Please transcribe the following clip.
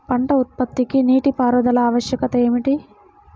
పంట ఉత్పత్తికి నీటిపారుదల ఆవశ్యకత ఏమిటీ?